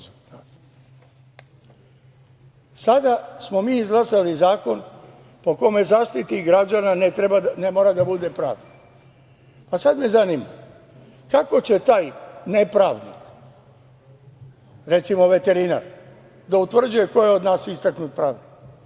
Sada smo mi izglasali zakon po kome Zaštitnik građana ne mora da bude pravnik, pa me sada zanima, kako će taj nepravnik, recimo veterinar, da utvrđuje ko je od nas istaknuti pravnik?